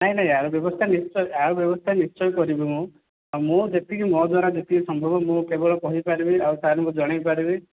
ନାଇଁ ନାଇଁ ୟାର ବ୍ୟବସ୍ଥା ନିଶ୍ଚୟ ଆର ବ୍ୟବସ୍ଥା ନିଶ୍ଚୟ କରିବି ମୁଁ ମୁଁ ଯେତିକି ମୋ ଦ୍ୱାରା ଯେତିକି ସମ୍ଭବ ମୁଁ କେବଳ କହିପାରିବି ଆଉ ସାର୍ଙ୍କୁ ଜଣେଇପାରିବି